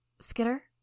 Skitter